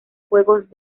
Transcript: juegos